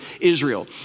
Israel